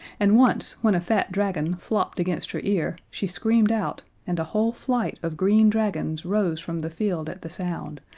and once when a fat dragon flopped against her ear she screamed out, and a whole flight of green dragons rose from the field at the sound,